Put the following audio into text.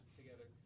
together